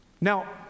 Now